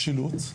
משילות,